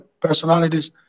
personalities